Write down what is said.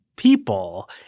People